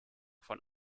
von